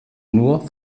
nur